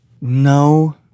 No